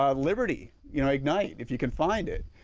um liberty you know ignite if you can find it,